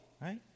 right